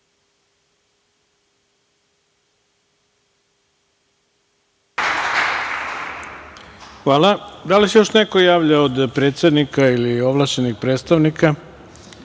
Zahvaljujem. Da li se još neko javlja od predsednika ili ovlašćenih predstavnika?